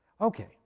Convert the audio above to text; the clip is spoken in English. okay